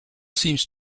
seems